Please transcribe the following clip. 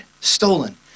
Stolen